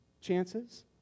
chances